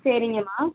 சரிங்கமா